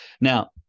Now